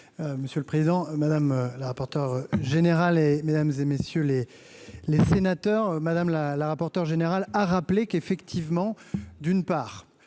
monsieur le président, madame la rapporteure générale et mesdames et messieurs les les sénateurs, madame la rapporteure générale a rappelé qu'effectivement d'une part,